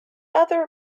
other